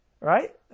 Right